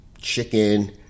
chicken